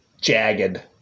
jagged